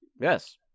Yes